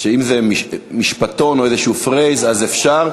שאם זה משפטון או איזה phrase, אז אפשר.